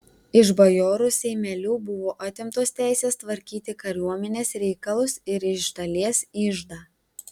iš bajorų seimelių buvo atimtos teisės tvarkyti kariuomenės reikalus ir iš dalies iždą